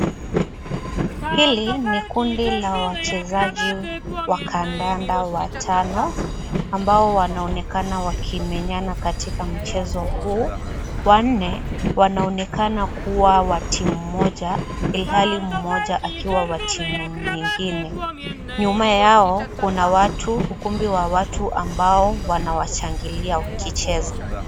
Hili ni kundi la wachezaji wa kandanda watano, ambao wanaonekana wakimenyana katika mchezo huu. Wanne wanaonekana kuwa wa timu moja, ilhali mmoja akiwa wa timu nyingine. Nyuma yao kuna watu, ukumbi wa watu ambao wanawashangilia wakicheza.